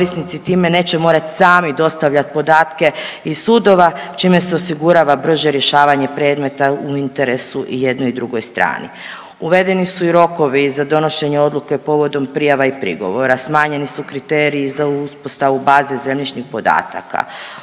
Uvedeni su i rokovi za donošenje odluke povodom prijava i prigovora, smanjeni su kriteriji za uspostavu baze zemljišnih podataka,